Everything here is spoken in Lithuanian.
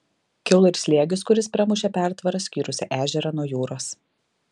kilo ir slėgis kuris pramušė pertvarą skyrusią ežerą nuo jūros